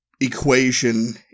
equation